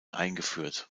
eingeführt